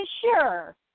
sure